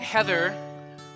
Heather